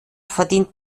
verdient